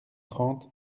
trente